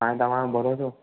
हाणे तव्हांजो भरोसो